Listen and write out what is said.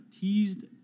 teased